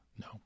No